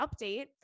update